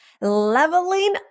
leveling